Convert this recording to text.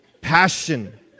passion